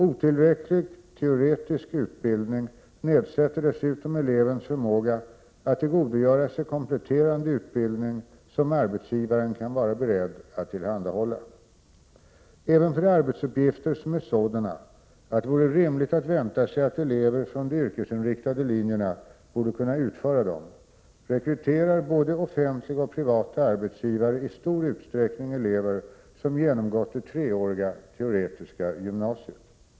Otillräcklig teoretisk utbildning nedsätter dessutom elevens förmåga att tillgodogöra sig kompletterande utbildning som arbetsgivaren kan vara beredd att tillhandahålla. Även för arbetsuppgifter som är sådana att det vore rimligt att vänta sig att elever från de yrkesinriktade linjerna borde kunna utföra dem, rekryterar både offentliga och privata arbetsgivare i stor utsträckning elever som genomgått det treåriga teoretiska gymnasiet.